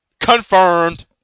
Confirmed